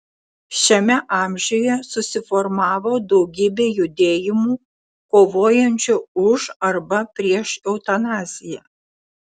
šiame amžiuje susiformavo daugybė judėjimų kovojančių už arba prieš eutanaziją